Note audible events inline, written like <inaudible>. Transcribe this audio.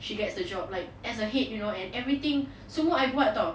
she gets the job like as a head you know and everything <breath> semua I buat [tau]